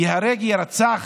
ייהרג, יירצח